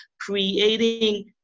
creating